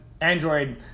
Android